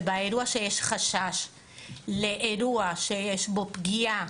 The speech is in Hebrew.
שבאירוע שיש חשש לאירוע שיש בו פגיעה